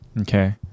Okay